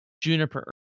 Juniper